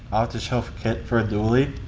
off-the-shelf kit for a dooley.